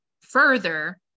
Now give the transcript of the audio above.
further